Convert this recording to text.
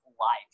life